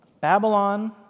Babylon